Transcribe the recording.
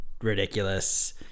ridiculous